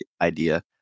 idea